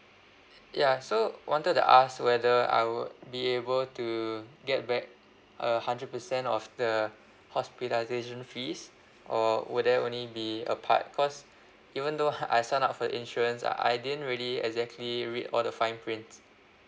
ya so wanted to ask whether I will be able to get back a hundred percent of the hospitalisation fees or will there only be a part because even though I I sign up for the insurance I I didn't really exactly read all the fine prints